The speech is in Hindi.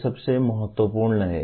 यह सबसे महत्वपूर्ण है